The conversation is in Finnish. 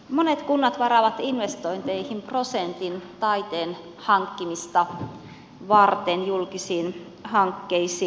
monet kunnat varaavat investointeihin prosentin taiteen hankkimista varten julkisiin hankkeisiin